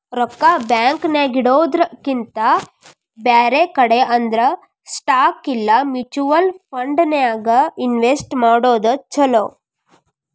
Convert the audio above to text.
ರೊಕ್ಕಾ ಬ್ಯಾಂಕ್ ನ್ಯಾಗಿಡೊದ್ರಕಿಂತಾ ಬ್ಯಾರೆ ಕಡೆ ಅಂದ್ರ ಸ್ಟಾಕ್ ಇಲಾ ಮ್ಯುಚುವಲ್ ಫಂಡನ್ಯಾಗ್ ಇನ್ವೆಸ್ಟ್ ಮಾಡೊದ್ ಛಲೊ